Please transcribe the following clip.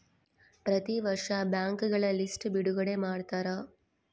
ಪ್ರತಿ ವರ್ಷ ಬ್ಯಾಂಕ್ಗಳ ಲಿಸ್ಟ್ ಬಿಡುಗಡೆ ಮಾಡ್ತಾರ